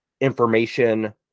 information